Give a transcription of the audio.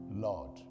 lord